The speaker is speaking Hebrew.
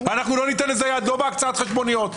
אנחנו לא ניתן יד בהקצאת חשבוניות.